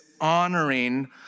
honoring